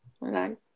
Right